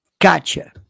Gotcha